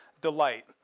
delight